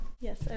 Yes